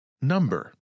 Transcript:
Number